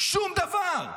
שום דבר.